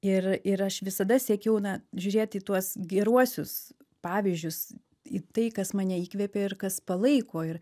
ir ir aš visada siekiau na žiūrėti į tuos geruosius pavyzdžius į tai kas mane įkvepia ir kas palaiko ir